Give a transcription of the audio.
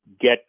get